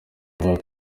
avuga